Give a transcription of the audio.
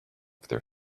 their